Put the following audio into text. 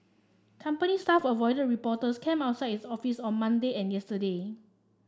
company staff avoided reporters cam outside its office on Monday and yesterday